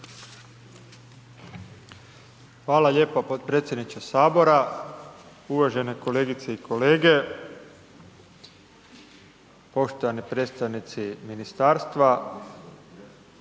Hvala lijepo potpredsjedniče HS. Uvažene kolegice i kolege, poštovani predstavnici ministarstva,